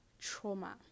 trauma